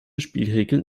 spielregeln